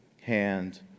hand